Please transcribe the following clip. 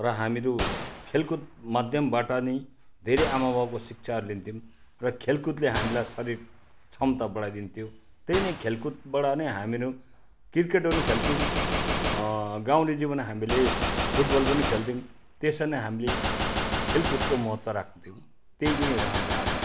र हामीहरू खेलकुद माध्यमबाट नै धेरै आमाबाबाको शिक्षाहरू लिन्थ्यौँ र खेलकुदले हामीलाई शारीरिक क्षमता बढाइदिन्थ्यो त्यही नै खेलकुदबाट नै हामीहरू क्रिकेटहरू पनि खेल्थ्यौँ गाउँले जीवन हामीले फुट बल पनि खेल्थ्यौँ त्यसरी नै हामीले खेलकुदको महत्त्व राख्थ्यौँ त्यही नै हो हाम्रो आदर